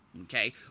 okay